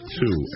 two